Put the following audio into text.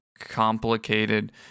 complicated